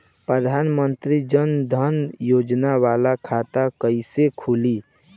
प्रधान मंत्री जन धन योजना वाला खाता कईसे खुली?